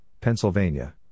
Pennsylvania